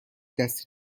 دسته